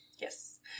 yes